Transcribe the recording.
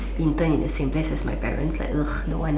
intern in the same place as my parents like a don't want